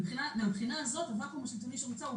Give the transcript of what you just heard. מן הבחינה הזאת הוואקום השלטוני שנוצר הוא